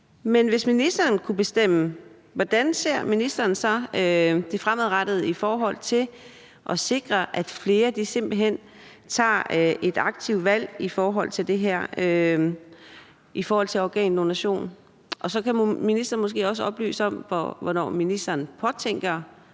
Men hvis ministeren kunne bestemme, hvordan ser ministeren så på det fremadrettet i forhold til at sikre, at flere simpelt hen tager et aktivt valg omkring organdonation? Og så kan ministeren måske også oplyse om, hvornår ministeren påtænker